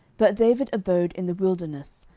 but david abode in the wilderness,